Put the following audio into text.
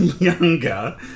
younger